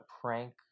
prank